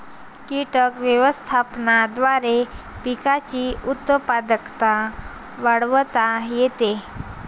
कीटक व्यवस्थापनाद्वारे पिकांची उत्पादकता वाढवता येते